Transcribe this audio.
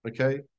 okay